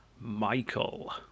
Michael